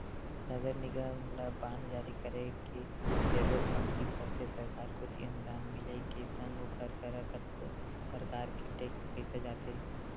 नगर निगम ल बांड जारी करे के जरुरत कमती पड़थे सरकार कोती अनुदान मिले के संग ओखर करा कतको परकार के टेक्स पइसा आथे